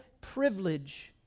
privilege